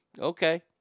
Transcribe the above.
Okay